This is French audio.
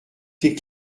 tes